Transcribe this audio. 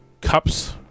cups